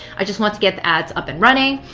i just want to get the ads up and running.